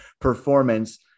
performance